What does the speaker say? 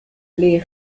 les